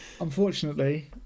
unfortunately